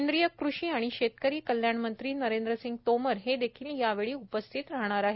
केंद्रीय कृषी व शेतकरी कल्याण मंत्री नरेंद्रसिंह तोमर हे देखील या वेळी उपस्थित राहणार आहेत